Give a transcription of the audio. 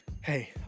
hey